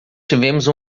tivemos